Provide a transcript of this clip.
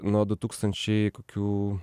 nuo du tūkstančiai kokių